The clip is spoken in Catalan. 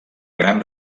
gran